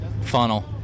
funnel